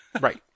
Right